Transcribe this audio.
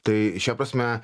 tai šia prasme